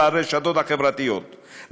לרשתות החברתיות,